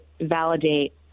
validate